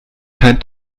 kein